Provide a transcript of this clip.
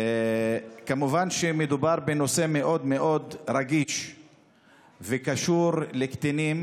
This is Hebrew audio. כמובן שמדובר בנושא מאוד מאוד רגיש וקשור לקטינים